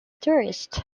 tourists